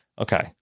Okay